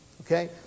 Okay